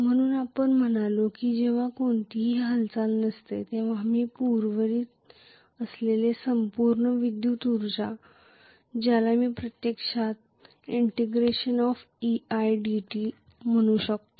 म्हणून आपण म्हणालो की जेव्हा कोणतीही हालचाल नसते तेव्हा मी पुरवित असलेली संपूर्ण विद्युत उर्जा ज्याला मी प्रत्यक्षात ∫eidt म्हणू शकतो